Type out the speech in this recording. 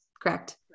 correct